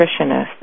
nutritionist